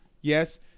Yes